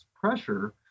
pressure